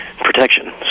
protection